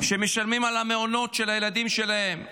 שמשלמים על המעונות של הילדים שלהם,